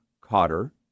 Cotter